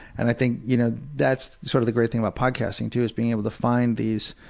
and i think, you know, that's sort of the great thing about podcasting too, is being able to find these,